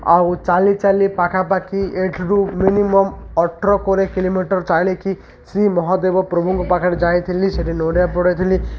ଆଉ ଚାଲି ଚାଲି ପାଖାପାଖି ଏଠୁ ମିନିମମ୍ ଅଠର କୋଡ଼ିଏ କିଲୋମିଟର ଚାଲିକି ଶ୍ରୀ ମହାଦେବ ପ୍ରଭୁଙ୍କ ପାଖରେ ଯାଇଥିଲି ସେଠି ନଡ଼ିଆ ଫଟେଇଥିଲି